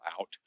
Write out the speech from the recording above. out